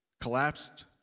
collapsed